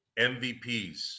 MVPs